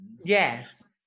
Yes